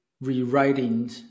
rewriting